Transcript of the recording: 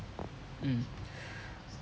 mm